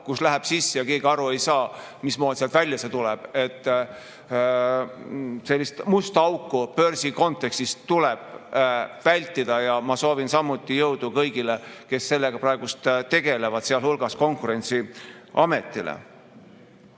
läheb sisse ja keegi aru ei saa, mismoodi see sealt välja tuleb. Sellist musta auku börsi kontekstis tuleb vältida. Ma soovin jõudu kõigile, kes sellega praegu tegelevad, sealhulgas Konkurentsiametile.